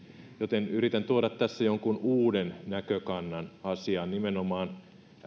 joten yritän tuoda tässä jonkun uuden näkökannan asiaan nimenomaan